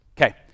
Okay